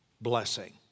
blessing